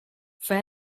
sono